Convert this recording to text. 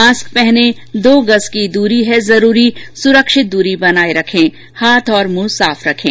mask पहनें दो गज़ की दूरी है जरूरी सुरक्षित दूरी बनाए रखें हाथ और मुंह साफ रखें